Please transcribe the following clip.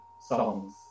songs